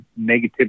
negativity